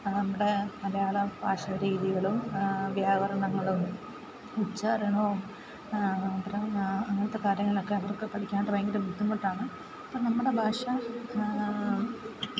നമ്മുടെ മലയാളം ഭാഷരീതികളും വ്യാകരണങ്ങളും ഉച്ചാരണവും അങ്ങനത്തെ കാര്യങ്ങളൊക്കെ അവർക്ക് പഠിക്കാനായിട്ട് ഭയങ്കര ബുദ്ധിമുട്ടാണ് അപ്പം നമ്മുടെ ഭാഷ